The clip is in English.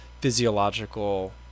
physiological